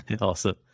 Awesome